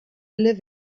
living